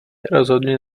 rozhodně